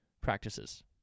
practices